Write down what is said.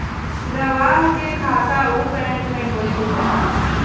गवाह के खाता उ बैंक में होए के चाही